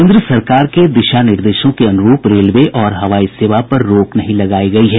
केन्द्र सरकार के दिशा निर्देशों के अनुरूप रेलवे और हवाई सेवा पर रोक नहीं लगायी गयी है